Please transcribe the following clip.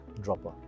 dropper